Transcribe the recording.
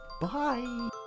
bye